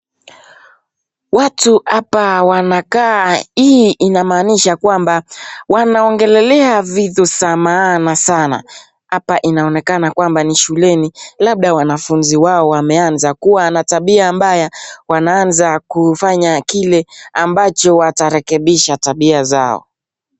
Watu hapa wanakaa .Hii inammani kuwa wanaongelea vitu za maana sana. Hapa inaonekana kuwa ni shuleni labda wanafunzi wao wameanza kuwa na tabia mbaya wameweza kufanya hivyo ili warekebishe tabia zao.